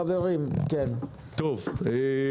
חברת הכנסת לימור,